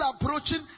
approaching